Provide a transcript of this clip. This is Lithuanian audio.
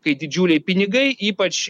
kai didžiuliai pinigai ypač